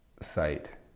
site